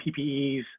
PPEs